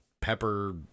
pepper